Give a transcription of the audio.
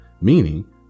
Meaning